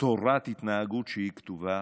תורת התנהגות שהיא כתובה